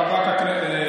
חברת הכנסת,